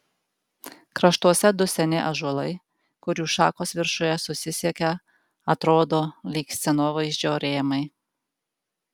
kraštuose du seni ąžuolai kurių šakos viršuje susisiekia atrodo lyg scenovaizdžio rėmai